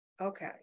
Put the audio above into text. okay